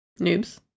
Noobs